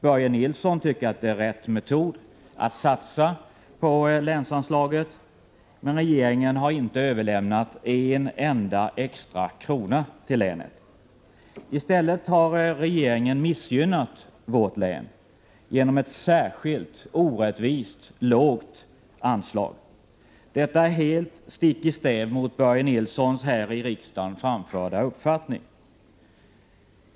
Börje Nilsson tycker att det är rätt metod att satsa på länsanslaget, men regeringen har inte överlämnat en enda extra krona till länet. I stället har regeringen missgynnat vårt län genom ett orättvist lågt anslag. Detta är helt stick i stäv mot Börje Nilssons här i riksdagen framförda uppfattning.